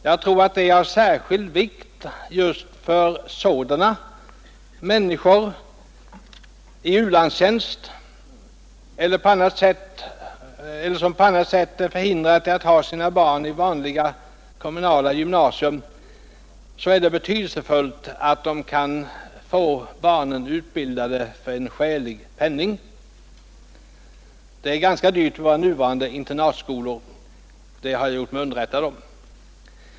Jag tror att det är av särskild vikt just för sådana människor som på grund av u-landstjänst eller av andra skäl är förhindrade att ha sina barn i vanliga kommunala gymnasier att de kan få barnen utbildade för en skälig penning. Det är ganska dyrt i våra nuvarande internatskolor — det har jag gjort mig underrättad om.